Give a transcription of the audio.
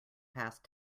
past